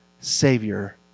Savior